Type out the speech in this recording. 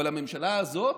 אבל הממשלה הזאת